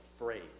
afraid